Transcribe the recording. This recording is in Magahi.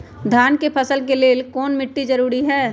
धान के फसल के लेल कौन मिट्टी जरूरी है?